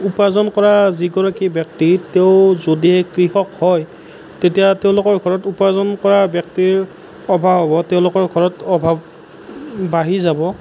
উপাৰ্জন কৰা যিগৰাকী ব্যক্তি তেওঁ যদিহে কৃষক হয় তেতিয়া তেওঁলোকৰ ঘৰত উপাৰ্জন কৰা ব্যক্তিৰ অভাৱ হ'ব তেওঁলোকৰ ঘৰত অভাৱ বাঢ়ি যাব